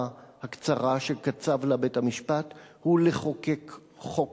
הקצרה שקצב לה בית-המשפט הוא לחוקק חוק,